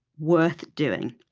worth doing?